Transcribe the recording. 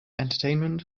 entertainment